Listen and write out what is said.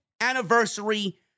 anniversary